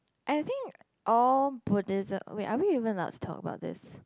I think all Buddhism wait are we even allowed to talk about this*